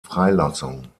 freilassung